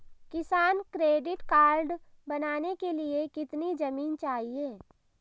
किसान credit card बनाने के लिए कितनी जमीन चाहिए?